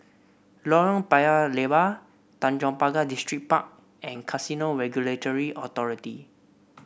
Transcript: Lorong Paya Lebar Tanjong Pagar Distripark and Casino Regulatory Authority